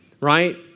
right